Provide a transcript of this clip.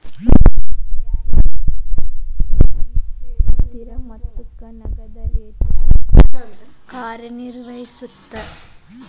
ಪ್ರಯಾಣಿಕರ cheque prepaid ಸ್ಥಿರ ಮೊತ್ತಕ್ಕ ನಗದ ರೇತ್ಯಾಗ ಕಾರ್ಯನಿರ್ವಹಿಸತ್ತ